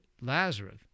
Lazarus